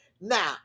Now